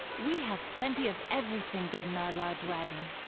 we have plenty of everything good in our large wagon.